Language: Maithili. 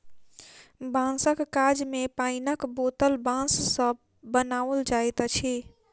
बाँसक काज मे पाइनक बोतल बाँस सॅ बनाओल जाइत अछि